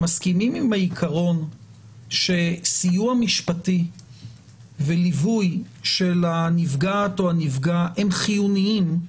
מסכימים עם העיקרון שסיוע משפטי וליווי של הנפגעת או הנפגע הם חיוניים,